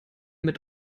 mit